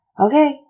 okay